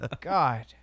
God